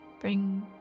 bring